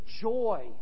joy